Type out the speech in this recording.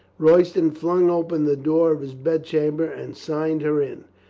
royston flung open the door of his bed-chamber and signed her in.